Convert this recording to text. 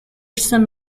some